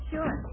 Sure